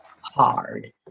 hard